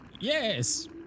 Yes